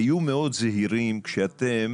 היו מאוד זהירים כשאתם